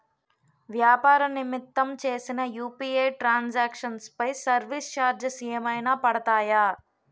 వ్యాపార నిమిత్తం చేసిన యు.పి.ఐ ట్రాన్ సాంక్షన్ పై సర్వీస్ చార్జెస్ ఏమైనా పడతాయా?